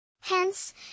Hence